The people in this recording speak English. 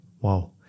wow